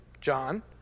John